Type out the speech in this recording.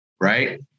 Right